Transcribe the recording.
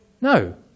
No